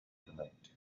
tonight